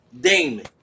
Damon